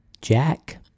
Jack